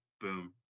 boom